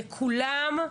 מכולם,